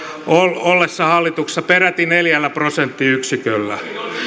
ollessa hallituksessa peräti neljällä prosenttiyksiköllä